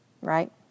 Right